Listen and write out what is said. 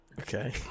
Okay